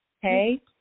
hey